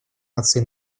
наций